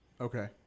Okay